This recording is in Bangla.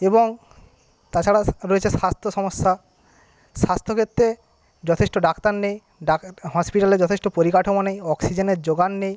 এবং তাছাড়াও রয়েছে স্বাস্থ্য সমস্যা স্বাস্থ্য ক্ষেত্রে যথেষ্ট ডাক্তার নেই হসপিটালে যথেষ্ট পরিকাঠামো নেই অক্সিজেনের জোগান নেই